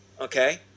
Okay